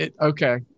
Okay